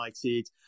United